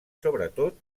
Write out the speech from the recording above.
sobretot